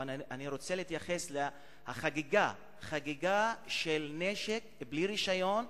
אבל אני רוצה להתייחס לחגיגה של נשק בלי רשיון,